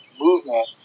movement